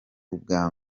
ubwa